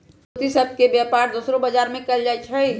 प्रतिभूति सभ के बेपार दोसरो बजार में कएल जाइ छइ